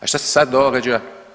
A šta se sad događa?